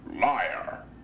Liar